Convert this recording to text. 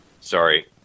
sorry